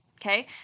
okay